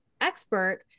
expert